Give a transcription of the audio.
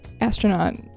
astronaut